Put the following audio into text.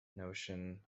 notion